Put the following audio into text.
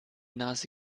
nase